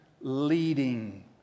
leading